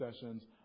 sessions